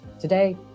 Today